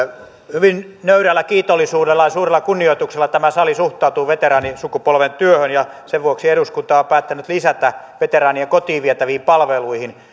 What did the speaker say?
hyvin nöyrällä kiitollisuudella ja suurella kunnioituksella tämä sali suhtautuu veteraanisukupolven työhön ja sen vuoksi eduskunta on päättänyt lisätä veteraanien kotiin vietäviin palveluihin